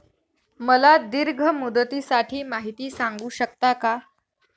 मला दीर्घ मुदतीसाठी माहिती सांगू शकता का?